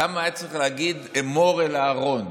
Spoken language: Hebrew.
למה צריך היה להגיד "אמור אל אהרן"?